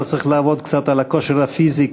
אתה צריך לעבוד קצת על הכושר הפיזי,